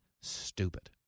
stupid